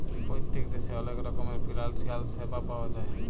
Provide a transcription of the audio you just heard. পত্তেক দ্যাশে অলেক রকমের ফিলালসিয়াল স্যাবা পাউয়া যায়